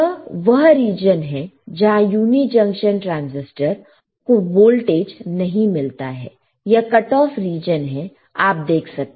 यह वह रीजन है जहां यूनी जंक्शन ट्रांसिस्टर को वोल्टेज नहीं मिलता है यह कट ऑफ रीजन है आप देख सकते हैं